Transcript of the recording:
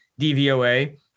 DVOA